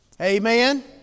Amen